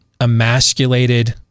emasculated